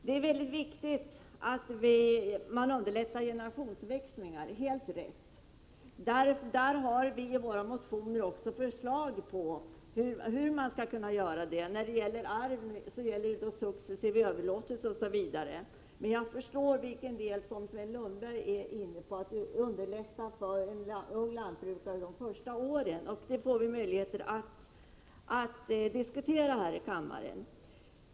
Det är viktigt att underlätta generationsväxlingar, sades det i debatten. Det är helt riktigt. Vi har i våra motioner också förslag om hur man skall göra det. När det gäller arv är det fråga om successiv överlåtelse, osv. Men jag förstår att Sven Lundberg avsåg hur man skall underlätta för unga 69 lantbrukare de första åren. Det får vi möjligheter att diskutera senare här i kammaren.